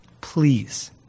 Please